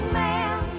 man